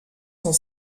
cent